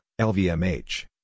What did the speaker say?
LVMH